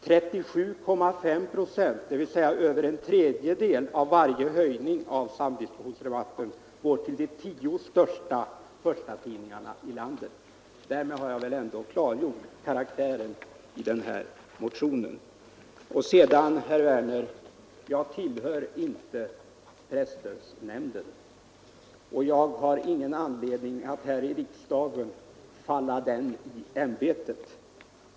37,5 procent, dvs. över en tredjedel av varje höjning av samdistributionsrabatten, går till de tio största förstatidningarna i landet. Därmed har jag väl ändå klargjort karaktären av denna motion. Sedan vill jag säga, herr Werner, att jag inte tillhör presstödsnämnden, och jag har ingen anledning att här i riksdagen falla nämnden i ämbetet.